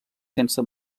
sense